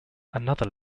another